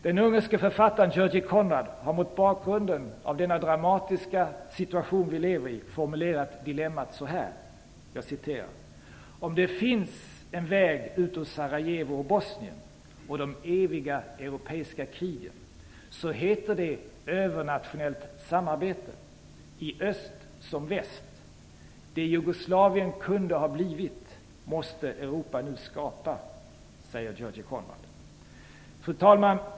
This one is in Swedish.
Den ungerske författaren György Konrád har mot bakgrunden av den dramatiska situation vi lever i formulerat dilemmat så här: "Om det finns en väg ut ur Sarajevo och Bosnien, och de eviga europeiska krigen, så heter den övernationellt samarbete. I öst som väst. Det Jugoslavien kunde ha blivit, måste Europa nu skapa." Fru talman!